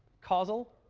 causal,